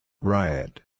Riot